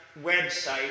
website